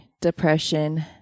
depression